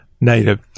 native